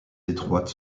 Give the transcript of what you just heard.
étroites